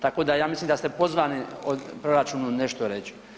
Tako da ja mislim da ste pozvani o proračunu nešto reći.